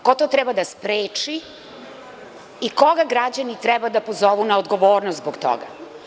Ko to treba da spreči i koga građani treba da pozovu na odgovornost zbog toga?